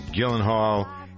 Gyllenhaal